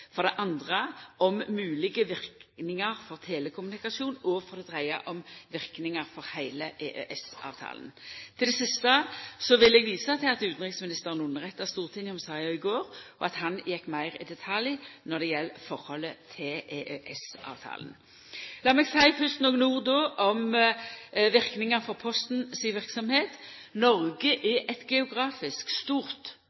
For det andre spør han om moglege verknader for telekommunikasjon, og for det tredje spør han om verknader for heile EØS-avtalen. Til det siste vil eg visa til at utanriksministeren underretta Stortinget om saka i går, og at han gjekk meir i detalj når det gjeld forholdet til EØS-avtalen. Lat meg fyrst seia nokre ord om verknader for Posten si verksemd. Noreg